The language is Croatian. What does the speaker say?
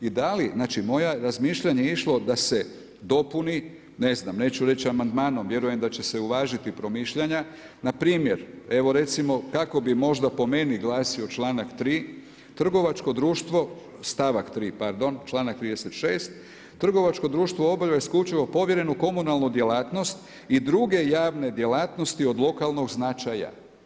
I da li, znači moje razmišljanje išlo, ne znam neću reći amandmanom, vjerujem da će se uvažiti promišljanja, npr. evo recimo, kako bi možda po meni glasio članak 3. trgovačko društvo, stavak 3 pardon, članak 36. trgovačko društvo obavlja isključivo povjerenu komunalnu djelatnost i druge javne djelatnosti od lokalnog značaja.